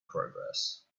progress